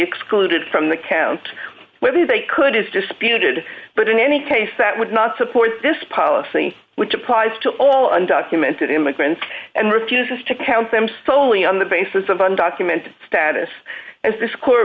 excluded from the count whether they could is disputed but in any case that would not support this policy which applies to all undocumented immigrants and refuses to count them solely on the basis of undocumented status as this court